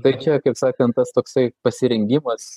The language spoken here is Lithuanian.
tai čia kaip sakant tas toksai pasirengimas